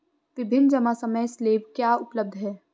विभिन्न जमा समय स्लैब क्या उपलब्ध हैं?